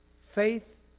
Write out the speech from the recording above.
Faith